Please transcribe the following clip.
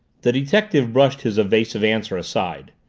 the detective brushed his evasive answer aside.